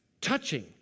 touching